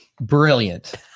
brilliant